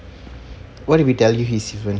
what if we tell you he's different